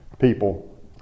people